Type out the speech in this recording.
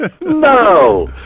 No